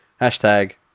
Hashtag